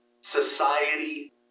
society